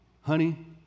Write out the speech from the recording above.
honey